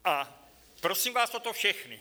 A prosím vás o to všechny.